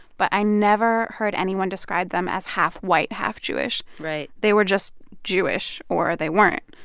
but i never heard anyone describe them as half-white, half-jewish right they were just jewish or they weren't.